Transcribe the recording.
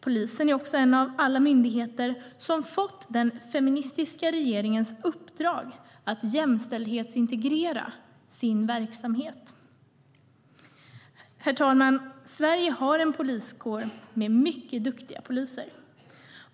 Polisen är också en av alla myndigheter som har fått den feministiska regeringens uppdrag att jämställdhetsintegrera sin verksamhet. Herr talman! Sverige har en poliskår med mycket duktiga poliser.